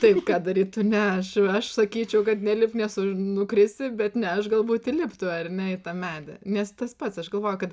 taip ką darytų ne aš aš sakyčiau kad nelipk nes nukrisi bet ne aš galbūt įliptų ar ne į tą medį nes tas pats aš galvoju kad